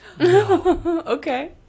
Okay